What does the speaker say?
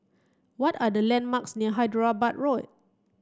what are the landmarks near Hyderabad Road